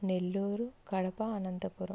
Nellore Kadapa Anantapuram